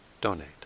donate